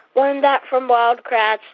learned that from wild kratts.